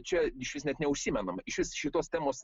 čia išvis net neužsimenama iš šitos temos